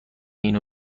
اینو